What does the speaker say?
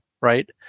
right